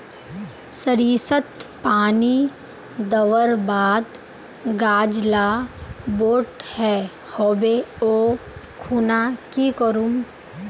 सरिसत पानी दवर बात गाज ला बोट है होबे ओ खुना की करूम?